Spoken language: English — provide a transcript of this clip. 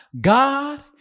God